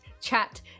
chat